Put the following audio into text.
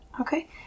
Okay